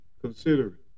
consider